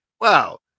wow